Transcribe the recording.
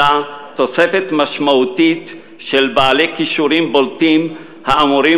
אלא תוספת משמעותית של בעלי כישורים בולטים האמורים